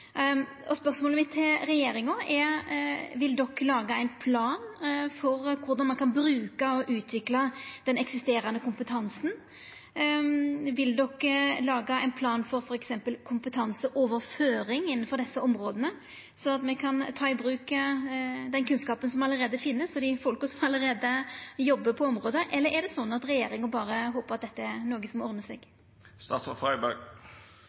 Spørsmålet mitt til regjeringa er: Vil regjeringa laga ein plan for korleis ein kan bruka og utvikla den eksisterande kompetansen? Vil regjeringa laga ein plan for f.eks. kompetanseoverføring innanfor desse områda, slik at me kan ta i bruk den kunnskapen som allereie finst, og dei folka som allereie jobbar på området? Eller er det sånn at regjeringa berre håpar at dette er noko som ordnar